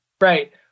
right